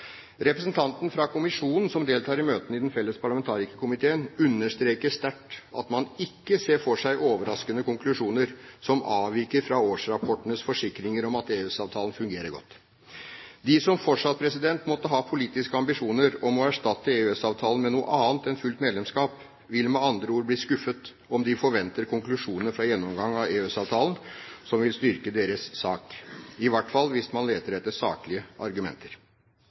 Representanten fra kommisjonen som deltar i møtene i den felles parlamentarikerkomiteen, understreker sterkt at man ikke ser for seg overraskende konklusjoner som avviker fra årsrapportenes forsikringer om at EØS-avtalen fungerer godt. De som fortsatt måtte ha politiske ambisjoner om å erstatte EØS-avtalen med noe annet enn fullt medlemskap, vil med andre ord bli skuffet om de forventer konklusjoner fra gjennomgangen av EØS-avtalen som vil styrke deres sak, i hvert fall hvis man leter etter saklige argumenter.